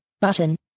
button